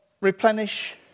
replenish